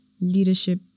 leadership